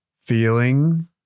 Feeling